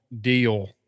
deal